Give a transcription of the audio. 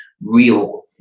real